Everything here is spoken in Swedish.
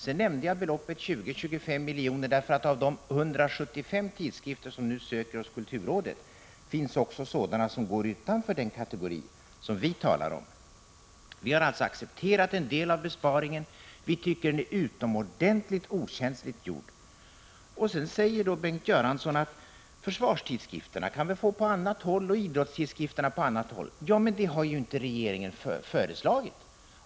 Jag nämnde beloppet 20-25 miljoner av den anledningen att av de 175 tidskrifter som nu ansöker om bidrag från kulturrådet finns också sådana som ligger utanför den kategori som vi talar om. Vi har alltså accepterat en del av besparingen. Vi tycker att den är utomordentligt okänsligt gjord. Sedan säger Bengt Göransson att försvarstidskrifterna och även idrottstidskrifterna nog kan få stöd från annat håll. Ja visst, men det har regeringen inte föreslagit.